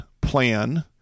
plan